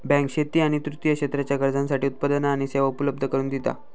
bank शेती आणि तृतीय क्षेत्राच्या गरजांसाठी उत्पादना आणि सेवा उपलब्ध करून दिता